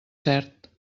cert